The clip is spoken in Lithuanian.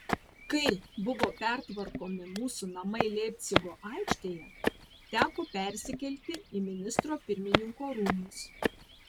kai buvo pertvarkomi mūsų namai leipcigo aikštėje teko persikelti į ministro pirmininko rūmus